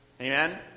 Amen